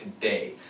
today